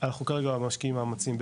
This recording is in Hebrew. אנחנו כרגע משקיעים מאמצים,